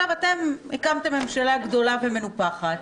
אתם הקמתם ממשלה גדולה ומנופחת,